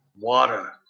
Water